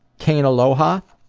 cane aloha.